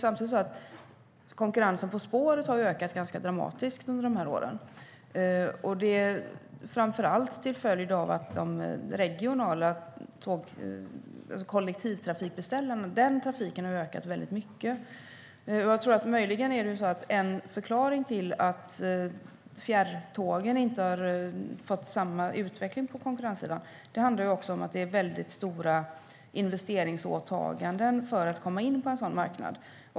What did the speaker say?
Samtidigt har konkurrensen på spåret ökat dramatiskt under de här åren, framför allt till följd av att den regionala trafiken och kollektivtrafiken har ökat mycket. En möjlig förklaring till att fjärrtågen inte har fått samma utveckling på konkurrenssidan är att det är stora investeringsåtaganden för att komma in på en sådan marknad.